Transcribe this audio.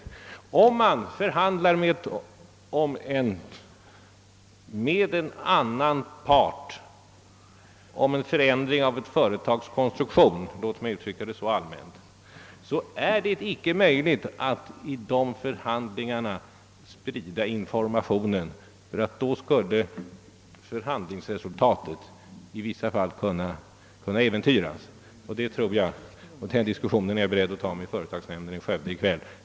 Men om man förhandlar med en annan part om förändring av ett företags konstruktion — låt mig uttrycka det så allmänt — så är det inte möjligt att under de förhandlingarna sprida information, ty då skulle förhandlingsresultatet i vissa fall kunna äventyras. Denna diskussion är jag beredd att föra med företagsnämnden i företaget i Skövde denna kväll.